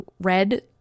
red